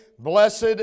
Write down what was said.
Blessed